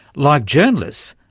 like journalists,